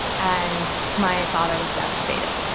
and so my father was devastated.